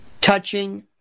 touching